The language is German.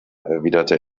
erwiderte